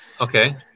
Okay